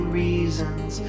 reasons